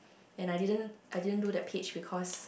and I didn't I didn't do that page because